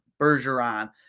Bergeron